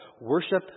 Worship